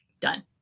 done